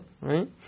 right